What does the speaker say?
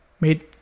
made